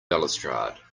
balustrade